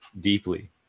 deeply